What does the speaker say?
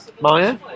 Maya